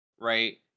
right